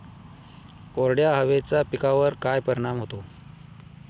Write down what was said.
कोरड्या हवेचा पिकावर काय परिणाम होतो?